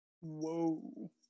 Whoa